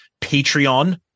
Patreon